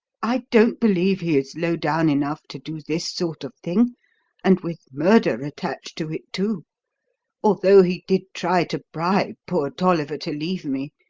i don't believe he is low-down enough to do this sort of thing and with murder attached to it, too although he did try to bribe poor tolliver to leave me.